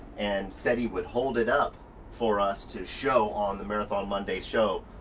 and said he would hold it up for us to show on the marathon monday show.